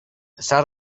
s’ha